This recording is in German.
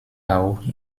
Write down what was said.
auch